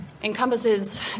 encompasses